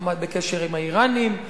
עמד בקשר עם האירנים,